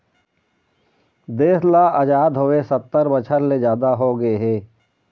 देश ल अजाद होवे सत्तर बछर ले जादा होगे हे